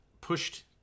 pushed